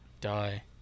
die